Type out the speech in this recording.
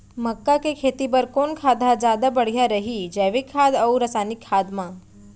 मक्का के खेती बर कोन खाद ह जादा बढ़िया रही, जैविक खाद अऊ रसायनिक खाद मा?